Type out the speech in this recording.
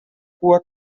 cua